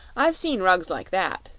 i've seen rugs like that,